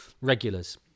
regulars